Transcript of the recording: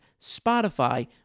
Spotify